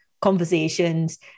conversations